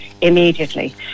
immediately